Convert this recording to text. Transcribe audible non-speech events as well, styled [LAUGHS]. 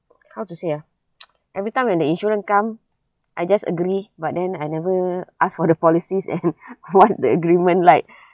how to say ah [NOISE] every time when the insurance come I just agree but then I never ask for the policies and [LAUGHS] what the agreement like [BREATH]